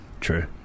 True